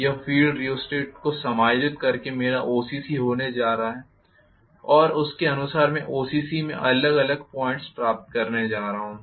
यह field rheostat को समायोजित करके मेरा OCCहोने जा रहा है और उसके अनुसार मैं OCCमें अलग अलग पॉइंटस प्राप्त करने जा रहा हूं